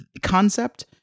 Concept